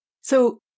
So-